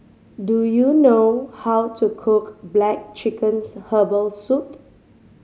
do you know how to cook black chicken's herbal soup